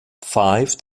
five